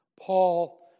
Paul